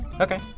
Okay